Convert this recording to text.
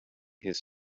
his